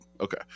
okay